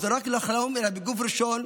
זה רק לחלום מגוף ראשון,